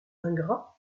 ingrats